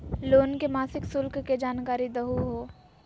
Loan के मासिक शुल्क के जानकारी दहु हो?